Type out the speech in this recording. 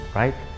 right